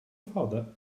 father